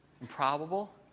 Improbable